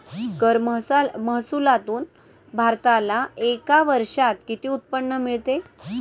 कर महसुलातून भारताला एका वर्षात किती उत्पन्न मिळते?